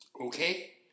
Okay